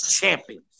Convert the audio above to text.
champions